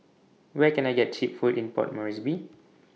Where Can I get Cheap Food in Port Moresby